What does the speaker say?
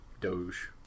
Doge